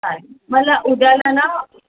चालेल मला उद्याला ना